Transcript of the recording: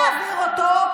רוצה להעביר אותו,